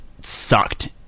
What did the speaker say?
sucked